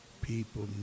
people